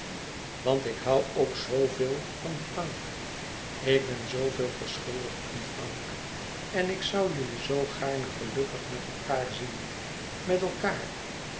want ik hoû ook zooveel van frank ik ben zooveel verschuldigd aan frank en ik zoû jullie zoo gaarne gelukkig met elkaâr zien met elkaâr